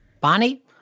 Bonnie